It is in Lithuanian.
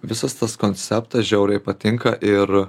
visas tas konceptas žiauriai patinka ir